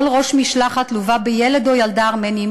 כל ראש משלחת לווה בילד או ילדה ארמנים